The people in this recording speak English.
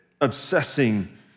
obsessing